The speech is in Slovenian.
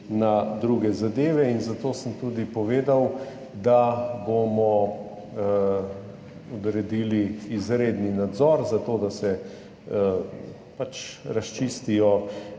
na druge zadeve. Zato sem tudi povedal, da bomo odredili izredni nadzor, zato da se razčistijo